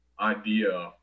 idea